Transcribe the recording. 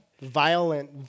violent